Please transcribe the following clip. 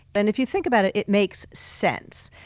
and if you think about it, it makes sense.